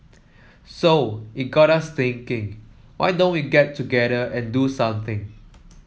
so it got us thinking why don't we get together and do something